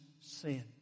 sin